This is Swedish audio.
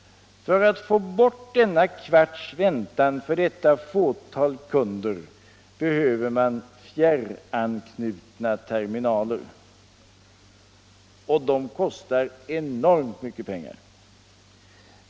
För att få bort denna kvarts väntan för dessa fåtal kunder behövs fjärranknutna terminaler. Och de kostar enormt mycket.